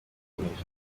kunesha